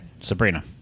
Sabrina